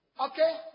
okay